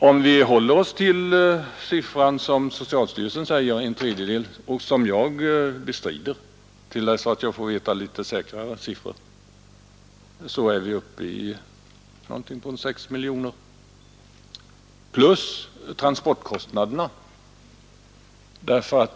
Om vi håller oss till den siffra som socialstyrelsen anger — en tredjedel av alla dödsfall — och som jag bestrider, till dess att jag får litet säkrare siffror, är vi uppe i någonting på sex miljoner plus transportkostnaderna.